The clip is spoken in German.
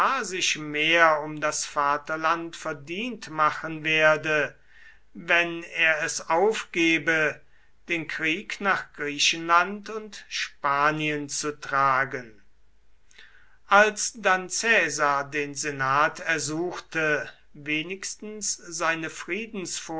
sich mehr um das vaterland verdient machen werde wenn er es aufgebe den krieg nach griechenland und spanien zu tragen als dann caesar den senat ersuchte wenigstens seine